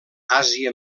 àsia